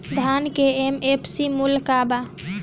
धान के एम.एफ.सी मूल्य का बा?